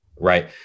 right